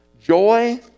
Joy